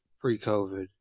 pre-covid